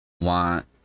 want